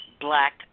black